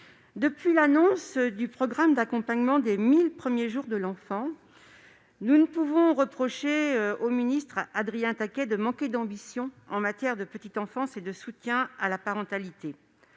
Depuis l'annonce du programme d'accompagnement des « 1 000 premiers jours de l'enfant », nous ne pouvons reprocher à M. Adrien Taquet de manquer d'ambition en matière de petite enfance et de soutien à la parentalité.